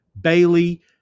Bailey